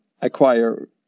acquire